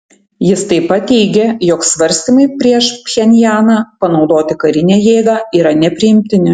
jis taip pat teigė jog svarstymai prieš pchenjaną panaudoti karinę jėgą yra nepriimtini